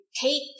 take